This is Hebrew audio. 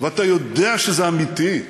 ואתה יודע שזה אמיתי.